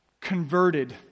converted